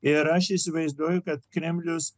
ir aš įsivaizduoju kad kremlius